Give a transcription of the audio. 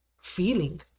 feeling